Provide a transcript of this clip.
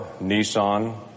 nissan